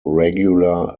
regular